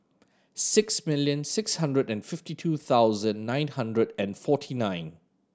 six million six hundred and fifty two thousand nine hundred and forty nine